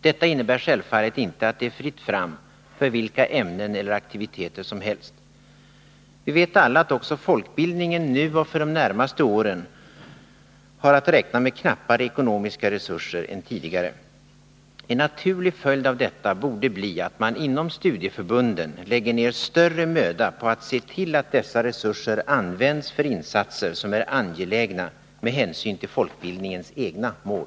Detta innebär självfallet inte att det är fritt fram för vilka ämnen eller aktiviteter som helst. Vi vet alla att också folkbildningen nu och för de närmaste åren har att räkna med knappare ekonomiska resurser än tidigare. En naturlig följd av detta borde bli att man inom studieförbunden lägger ner större möda på att se till att dessa resurser används för insatser som är angelägna med hänsyn till folkbildningens egna mål.